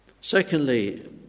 Secondly